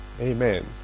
Amen